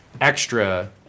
extra